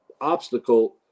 obstacle